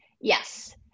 Yes